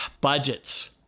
budgets